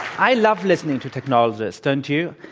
i love listening to technologists, don't you?